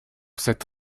cette